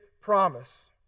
promise